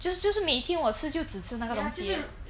just 就是每天我吃就只吃那个东西 leh